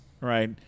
right